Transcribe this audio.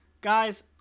guys